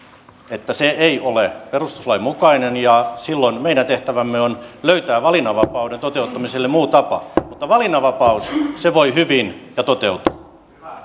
että se ei ole perustuslain mukainen ja silloin meidän tehtävämme on löytää valinnanvapauden toteuttamiselle muu tapa mutta valinnanvapaus voi hyvin ja toteutuu